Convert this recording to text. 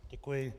Děkuji.